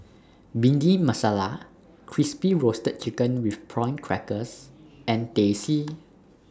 Bhindi Masala Crispy Roasted Chicken with Prawn Crackers and Teh C